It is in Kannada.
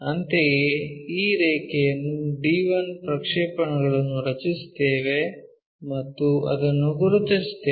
ಅಂತೆಯೇ ಈ ರೇಖೆಯಲ್ಲಿ d1 ಪ್ರಕ್ಷೇಪಗಳನ್ನು ರಚಿಸುತ್ತೇವೆ ಮತ್ತು ಅದನ್ನು ಗುರುತಿಸುತ್ತೇವೆ